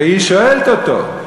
והיא שואלת אותו,